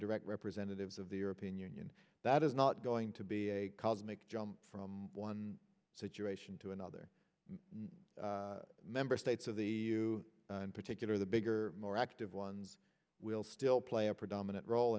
direct representatives of the european union that is not going to be a cosmic jump from one situation to another member states of the you particular the bigger more active ones will still play a predominant role